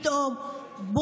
פתאום,